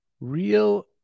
real